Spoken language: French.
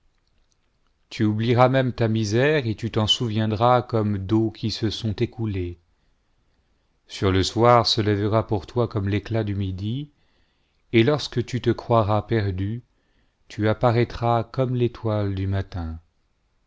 tu oublieras même ta misère et tu t'en souviendras comme d'eaux qui se sont écoulés sur le soir se lèvera pour to comme l'éclat du midi et lorsque tu te croiras perdu tu apparaîtras comme l'étoile du matin